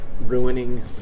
Ruining